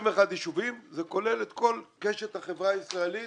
31 יישובים זה כולל את כל קשת החברה הישראלית